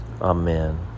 Amen